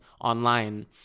online